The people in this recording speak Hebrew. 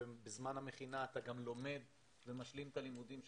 שבזמן המכינה אתה גם לומד ומשלים את הלימודים שלך,